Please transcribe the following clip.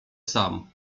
sam